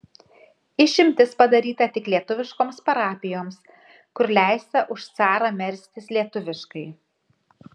išimtis padaryta tik lietuviškoms parapijoms kur leista už carą melstis lietuviškai